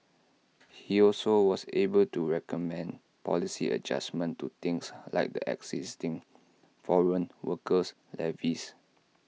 he also was able to recommend policy adjustments to things like the existing foreign worker levies